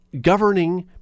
governing